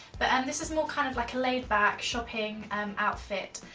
but and this is more kind of like a laid back shopping um outfit.